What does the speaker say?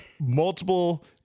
multiple